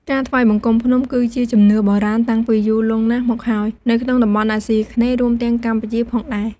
ការថ្វាយបង្គំភ្នំ គឺជាជំនឿបុរាណតាំងពីយូរលង់ណាស់មកហើយនៅក្នុងតំបន់អាស៊ីអាគ្នេយ៍ រួមទាំងកម្ពុជាផងដែរ។